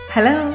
Hello